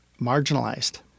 marginalized